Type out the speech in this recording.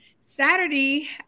Saturday